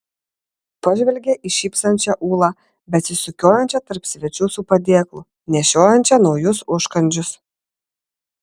pažvelgė į šypsančią ūlą besisukiojančią tarp svečių su padėklu nešiojančią naujus užkandžius